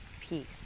peace